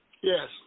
Yes